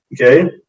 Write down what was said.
Okay